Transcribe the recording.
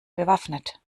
bewaffnet